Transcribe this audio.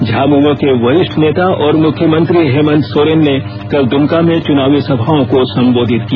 झामुमो के वरिष्ठ नेता और मुख्यमंत्री हेमंत सोरेन ने कल दुमका में चुनावी सभाओं को संबोधित किया